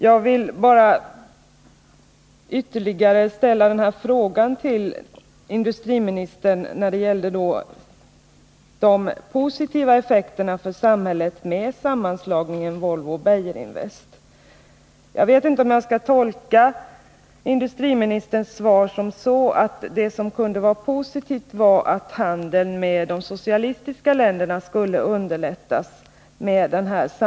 Jag vet inte om jag skall tolka industriministerns svar så att en positiv effekt för samhället av sammanslagningen mellan Volvo och Beijerinvest var att handeln med de socialistiska länderna skulle underlättas.